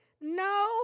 No